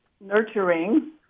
nurturing